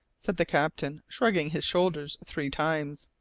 said the captain, shrugging his shoulders three times.